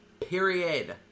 period